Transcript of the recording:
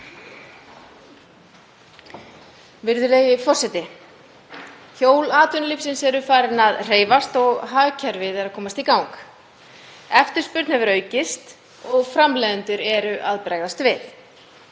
Virðulegi forseti. Hjól atvinnulífsins eru farin að hreyfast og hagkerfið er að komast í gang. Eftirspurn hefur aukist og framleiðendur eru að bregðast við.